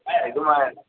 ஆ இதுமாதிரி